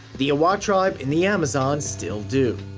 the awa tribe in the amazon still do.